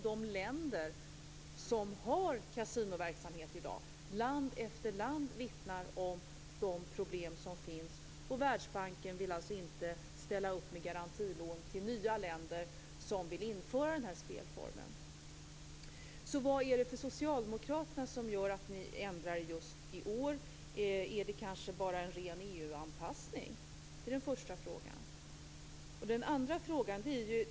Land efter land av de länder som har kasinoverksamhet i dag vittnar om de problem som finns, och Världsbanken vill alltså inte ställa upp med garantilån till nya länder som vill införa den här spelformen. Så vad är det som gör att ni socialdemokrater ändrar er just i år? Är det kanske bara en ren EU anpassning? Det är den första frågan. Då går jag in på den andra frågan.